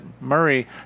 murray